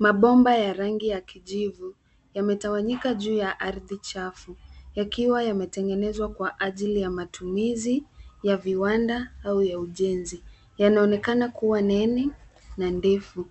Mabomba ya rangi ya kijivu, yametawanyika juu ya ardhi chafu yakiwa yametengenezwa kwa ajili ya matumizi ya viwanda au ya ujenzi. Yanaonekana kuwa nene na ndefu.